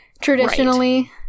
traditionally